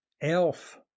Elf